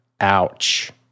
ouch